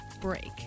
break